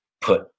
put